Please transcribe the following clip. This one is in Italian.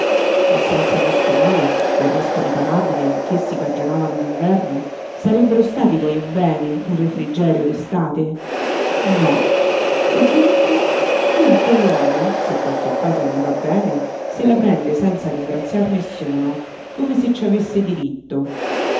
ma senza questo male del resto riparabile ch'essi cagionavano d'inverno sarebbero stati poi un bene un refrigerio d'estate no e dunque dunque l'uomo se qualche cosa gli va bene se la prende senza ringraziar nessuno come se ci avesse diritto